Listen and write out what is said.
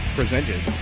presented